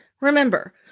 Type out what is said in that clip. Remember